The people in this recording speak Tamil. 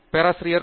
பேராசிரியர் ஜி